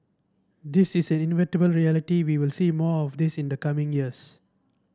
this is an inevitable reality we will see more of this in the coming years